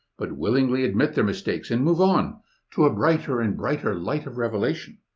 but willingly admit their mistakes and move on to a brighter and brighter light of revelation.